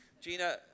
Gina